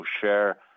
share